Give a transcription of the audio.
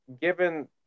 given